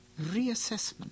reassessment